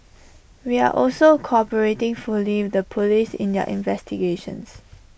we are also cooperating fully with the Police in their investigations